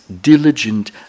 diligent